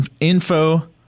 Info